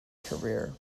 career